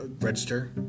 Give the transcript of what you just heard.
register